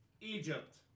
Egypt